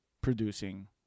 producing